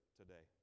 today